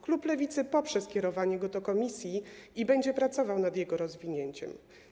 Klub Lewicy poprze skierowanie go do komisji i będzie pracował nad jego rozwinięciem.